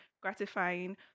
gratifying